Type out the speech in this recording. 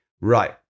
right